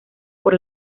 por